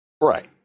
Right